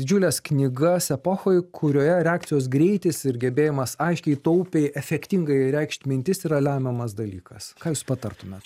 didžiules knygas epochoj kurioje reakcijos greitis ir gebėjimas aiškiai taupiai efektingai reikšt mintis yra lemiamas dalykas ką jūs patartumėt čia